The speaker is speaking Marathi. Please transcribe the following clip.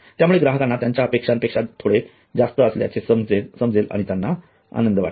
यामुळे ग्राहकांनां त्यांच्या अपेक्षांपेक्षा थोडे जास्त असल्याचे समजेल आणि त्यांना आनंद वाटेल